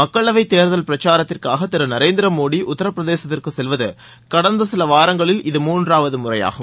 மக்களவை தேர்தல் பிரச்சாரத்திற்காக திரு நரேந்திர மோடி உத்தரப்பிரதேசத்திற்கு செல்வது கடந்த சில வாரங்களில் இது மூன்றாவது முறையாகும்